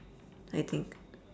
I think